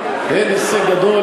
הן הישג גדול?